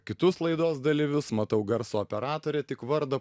kitus laidos dalyvius matau garso operatorė tik vardą